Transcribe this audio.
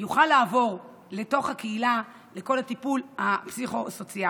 יוכל לעבור לקהילה, לטיפול הפסיכו-סוציאלי.